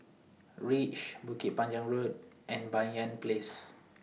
REACH Bukit Panjang Road and Banyan Place